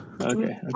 Okay